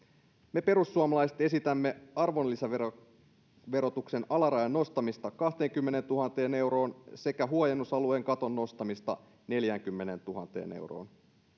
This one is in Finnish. me perussuomalaiset esitämme arvonlisäverotuksen alarajan nostamista kahteenkymmeneentuhanteen euroon sekä huojennusalueen katon nostamista neljäänkymmeneentuhanteen euroon